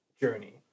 journey